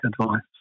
advice